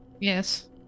Yes